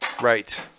Right